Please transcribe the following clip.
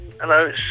Hello